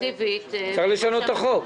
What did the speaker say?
רטרואקטיבית כדי --- אז צריך לשנות את החוק.